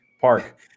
park